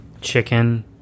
chicken